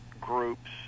groups